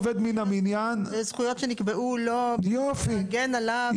זה זכויות שנקבעו לו בשביל להגן עליו.